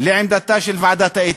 לעמדתה של ועדת האתיקה.